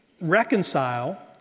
reconcile